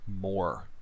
more